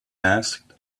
asked